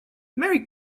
merry